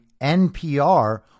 NPR